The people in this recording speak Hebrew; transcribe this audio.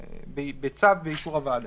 בצו באישור הוועדה.